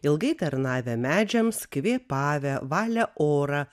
ilgai tarnavę medžiams kvėpavę valę orą